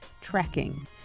tracking